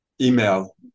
email